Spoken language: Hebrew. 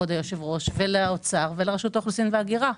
לפתחו של האוצר ולפתחה של רשות האוכלוסין וההגירה.